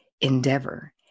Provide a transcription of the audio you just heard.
endeavor